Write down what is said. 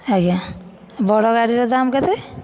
ଆଜ୍ଞା ବଡ଼ ଗାଡ଼ିର ଦାମ କେତେ